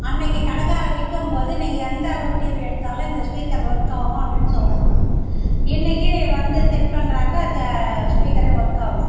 அன்னிக்கு கடைக்காரன் விற்கம்போது நீங்கள் எந்த அளவு டிவி எடுத்தாலும் இந்த ஸ்பீக்கர் ஒர்க்காவும் அப்படின் சொல்லுறாங்க இன்னிக்கு வந்து செட் பண்ணுறாங்க ச ஸ்பீக்கரே ஒர்க்காவல